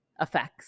effects